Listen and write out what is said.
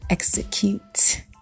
Execute